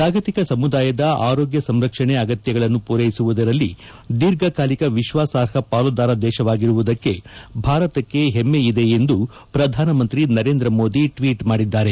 ಜಾಗತಿಕ ಸಮುದಾಯದ ಆರೋಗ್ಯ ಸಂರಕ್ಷಣೆ ಅಗತ್ಯಗಳನ್ನು ಪೂರೈಸುವುದರಲ್ಲಿ ದೀರ್ಘಕಾಲಿಕ ವಿಶ್ವಾಸಾರ್ಹ ಪಾಲುದಾರ ದೇಶವಾಗಿರುವುದಕ್ಕೆ ಭಾರತಕ್ಕೆ ಹೆಮ್ಮೆ ಇದೆ ಎಂದು ಪ್ರಧಾನಮಂತ್ರಿ ನರೇಂದ್ರ ಮೋದಿ ಟ್ವೀಟ್ ಮಾಡಿದ್ದಾರೆ